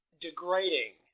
degrading